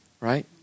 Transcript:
right